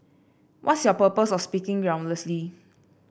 what's your purpose of speaking groundlessly